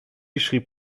schrieb